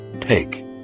Take